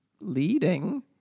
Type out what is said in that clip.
leading